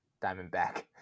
Diamondback